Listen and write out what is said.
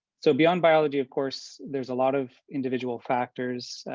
so beyond biology, of course, there's a lot of individual factors,